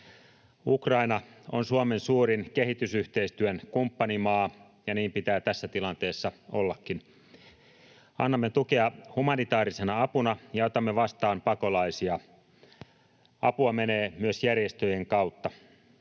Ukraina on Suomen suurin kehitysyhteistyön kumppanimaa, ja niin pitää tässä tilanteessa ollakin. Annamme tukea humanitaarisena apuna ja otamme vastaan pakolaisia. Apua menee myös järjestöjen kautta.